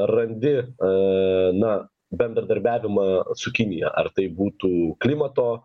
randi a na bendradarbiavimą su kinija ar tai būtų klimato